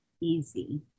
easy